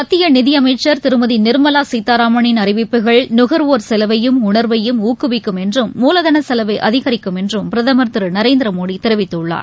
மத்திய நிதி அமைச்ச் திருமதி நிமலா சீதாராமனின் அறிவிப்புகள் நுகர்வோர் செலவையும் உணர்வையும் ஊக்குவிக்கும் என்றும் மூலதன செலவை அதிகரிக்கும் என்றும் பிரதமர் திரு நரேந்திரமோடி தெரிவித்துள்ளார்